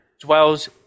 dwells